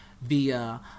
via